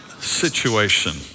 situation